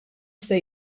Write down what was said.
ser